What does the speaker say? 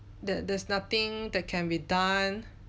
that there's nothing that can be done